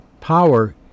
power